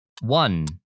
One